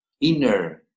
inner